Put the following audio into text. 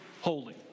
holy